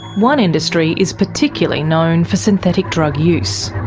one industry is particularly known for synthetic drug use.